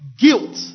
guilt